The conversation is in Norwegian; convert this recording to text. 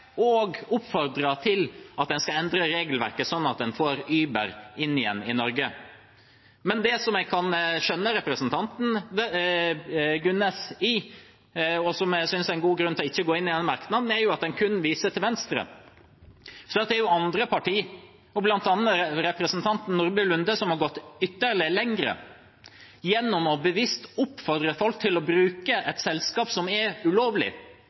til at man skal endre regelverket, sånn at man får Uber inn igjen i Norge. Men jeg kan skjønne representanten Gunnes, og i og med at merknaden kun viser til Venstre, synes jeg det er en god grunn til ikke å gå inn i den merknaden. Andre partier, og bl.a. representanten Nordby Lunde, har gått ytterligere lenger gjennom bevisst å oppfordre folk til å bruke et selskap som er ulovlig,